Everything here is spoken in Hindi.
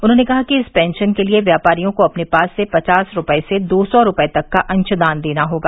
उन्होंने कहा कि इस पेंशन के लिए व्यापारियों को अपने पास से पचास रूपये से दो सौ रूपये तक का अंशदान देना होगा